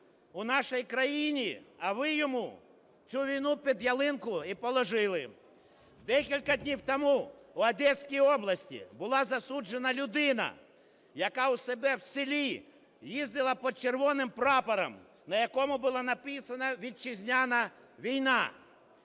у нашій країні, а ви йому цю війну під ялинку і положили. Декілька днів тому в Одеській області була засуджена людина, яка у себе в селі їздила під червоним прапором, на якому було написано: вітчизняна війна.